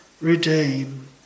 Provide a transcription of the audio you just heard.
redeem